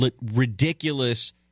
ridiculous